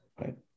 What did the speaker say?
right